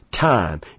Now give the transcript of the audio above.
time